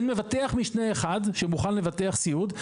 אין מבטח משנה אחד שמוכן לבטח סיעוד,